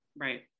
Right